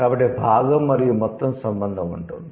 కాబట్టి 'భాగం మరియు మొత్తం' సంబంధం ఉంటుంది